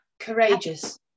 Courageous